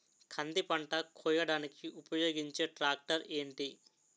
కంది పంట కోయడానికి ఉపయోగించే ట్రాక్టర్ ఏంటి?